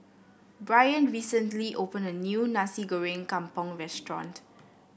Bryan recently opened a new Nasi Goreng Kampung restaurant